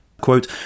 quote